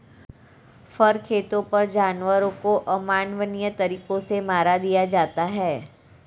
फर खेतों पर जानवरों को अमानवीय तरीकों से मार दिया जाता है